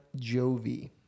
Jovi